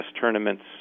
tournaments